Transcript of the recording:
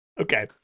Okay